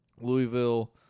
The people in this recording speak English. Louisville